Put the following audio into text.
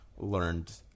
learned